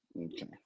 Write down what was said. Okay